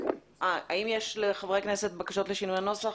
האם יש לחברי הכנסת בקשות לשינוי הנוסח?